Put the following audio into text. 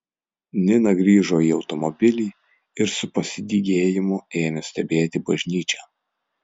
nina grįžo į automobilį ir su pasidygėjimu ėmė stebėti bažnyčią